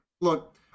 look